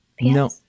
No